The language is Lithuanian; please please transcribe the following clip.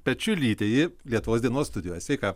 pečiulytė ji lietuvos dienos studijoje sveika